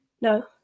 No